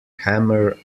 hammer